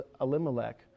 Elimelech